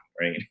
right